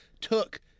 took